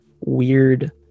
weird